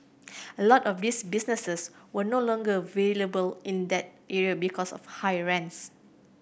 a lot of these businesses were no longer viable in that area because of high rents